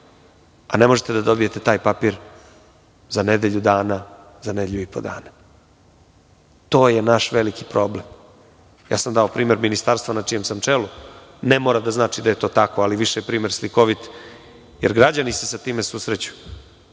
a ne možete da dobijete taj papir za nedelju dana, za nedelju i po dana. To je naš veliki problem. Dao sam primer ministarstva na čijem sam čelu, ne mora da znači da je to tako, ali je više primer slikovit, jer građani se sa time susreću,